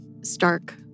stark